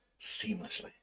seamlessly